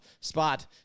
spot